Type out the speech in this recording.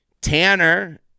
Tanner